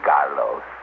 Carlos